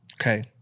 Okay